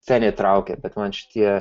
ten įtraukė bet man šitie